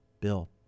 bill